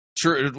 true